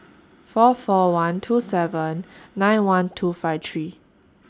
four four one two seven nine one two five three